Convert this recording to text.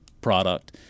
product